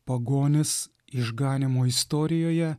pagonys išganymo istorijoje